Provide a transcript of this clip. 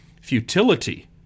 Futility